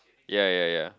ya ya ya